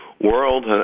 world